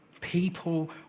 People